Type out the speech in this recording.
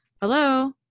Hello